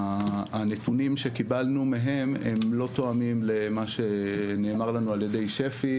שהנתונים שקיבלנו מהם הם לא תואמים למה שנאמר לנו על ידי שפ"י,